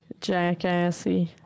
jackassy